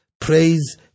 praise